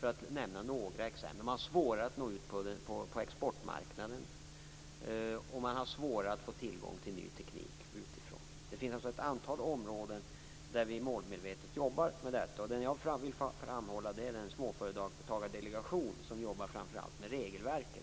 Det var några exempel. Det är svårare att nå ut på exportmarknaden, och det är svårare att få tillgång till ny teknik utifrån. Det finns ett antal områden där vi arbetar med dessa frågor målmedvetet. Jag vill framhålla den Småföretagardelegation som jobbar med framför allt regelverket.